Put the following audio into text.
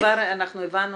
וכבר אנחנו הבנו